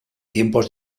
tiempos